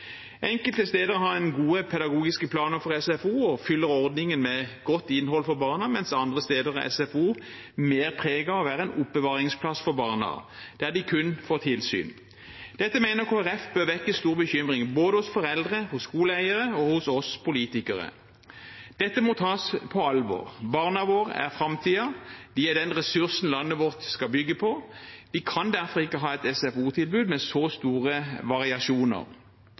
Enkelte steder har en gode pedagogiske planer for SFO og fyller ordningen med godt innhold for barna, mens andre steder har SFO mer preg av å være en oppbevaringsplass for barna, der de kun får tilsyn. Dette mener Kristelig Folkeparti bør vekke stor bekymring, både hos foreldre, hos skoleeiere og hos oss politikere. Dette må tas på alvor. Barna våre er framtiden; de er den ressursen landet vårt skal bygge på. Vi kan derfor ikke ha et SFO-tilbud med så store variasjoner.